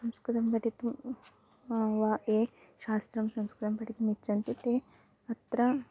संस्कृतं पठितुं वा ये शास्त्रं संस्कृतं पठितुम् इच्छन्ति ते अत्र